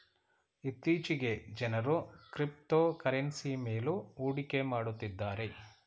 ಇತ್ತೀಚೆಗೆ ಜನರು ಕ್ರಿಪ್ತೋಕರೆನ್ಸಿ ಮೇಲು ಹೂಡಿಕೆ ಮಾಡುತ್ತಿದ್ದಾರೆ